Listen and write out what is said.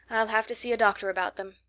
i'll have to see a doctor about them.